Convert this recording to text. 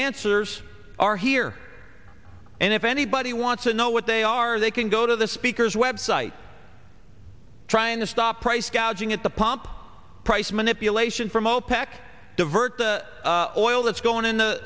answers are here and if anybody wants to know what they are they can go to the speaker's web site trying to stop price gouging at the pump price manipulation from opec divert the oil that's going in